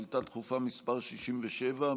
שאילתה דחופה מס' 67,